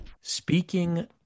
Speaking